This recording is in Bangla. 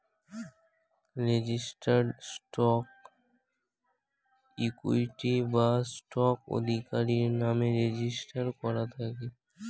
রেজিস্টার্ড স্টক ইকুইটি বা স্টক আধিকারির নামে রেজিস্টার করা থাকে